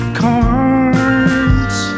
cards